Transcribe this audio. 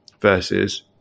versus